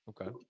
Okay